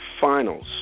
finals